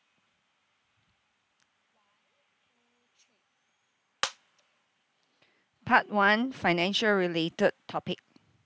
part one financial related topic